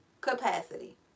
Capacity